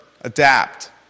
Adapt